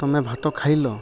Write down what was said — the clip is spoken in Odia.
ତମେ ଭାତ ଖାଇଲ